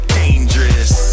dangerous